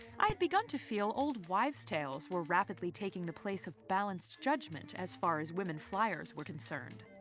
i had begun to feel old wives tales were rapidly taking the place of balanced judgement as far as women flyers were concerned.